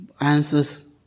answers